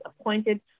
appointed